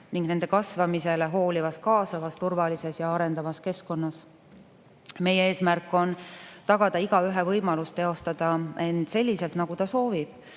ning nende kasvamisele hoolivas, kaasavas, turvalises ja arendavas keskkonnas. Meie eesmärk on tagada igaühe võimalus teostada end selliselt, nagu ta soovib,